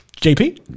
jp